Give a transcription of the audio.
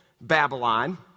Babylon